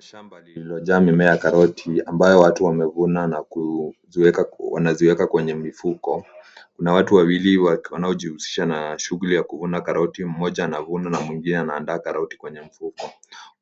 Shamba liliojaa mimea ya karoti ambayo watu wamevuna na wanaziweka kwenye mifuko. Kuna watu wawili wanaojihusisha na shughuli ya kuvuna karoti, mmoja anavuna na mwingine anaandaa karoti kwenye mfuko.